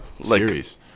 series